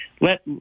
Let